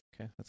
okay